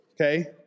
Okay